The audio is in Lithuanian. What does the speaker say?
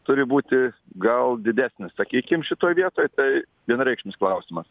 turi būti gal didesnis sakykim šitoj vietoj tai vienareikšmis klausimas